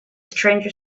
stranger